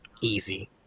easy